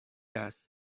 است